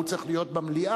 והוא צריך להיות במליאה,